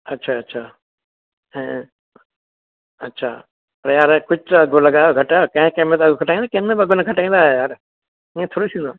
अछा अछा ऐं अछा अड़े यार कुझु त अघु लॻायो घटायो कंहिं कंहिं में त घटाईंदव कहिंमें बि अघु न घटाईंदा आहियो यार इएं थोरी थींदो आहे